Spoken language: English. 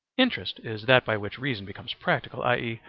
interest is that by which reason becomes practical, i e,